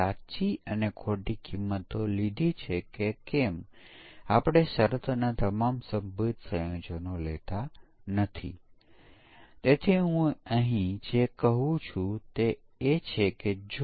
હવે ચાલો આપણે જે ચર્ચા કરી તેના આધારે કેટલાક ઉદાહરણો જોઈએ અને જોઈએ કે આપણે સમકક્ષ વર્ગો ઓળખી શકીએ કે નહીં અને પછીથી આપણે થોડી પ્રેક્ટિસ પણ કરીશું